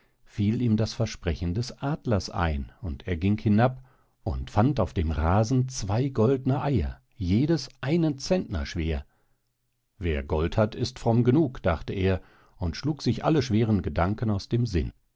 fiel ihm das versprechen des adlers ein und er ging hinab und fand auf dem rasen zwei goldne eier jedes einen centner schwer wer gold hat ist fromm genug dachte er und schlug sich alle schwere gedanken aus dem sinn